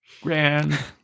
grand